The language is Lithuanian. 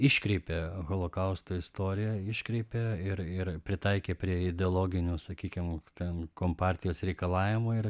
iškreipė holokausto istoriją iškreipė ir ir pritaikė prie ideologinių sakykim ten kompartijos reikalavimų ir